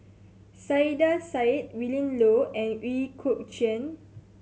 Saiedah Said Willin Low and Ooi Kok Chuen